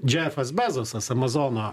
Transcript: džefas bezosas amazono